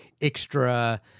extra